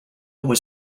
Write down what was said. was